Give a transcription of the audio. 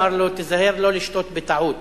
השיח' אמר לו: תיזהר לא לשתות בטעות.